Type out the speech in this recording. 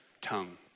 tongue